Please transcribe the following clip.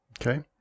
Okay